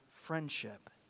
friendship